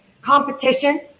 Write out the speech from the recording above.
competition